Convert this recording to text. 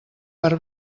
per